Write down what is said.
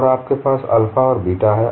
और आपके पास अल्फा और बीटा है